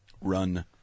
Run